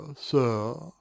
sir